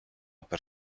per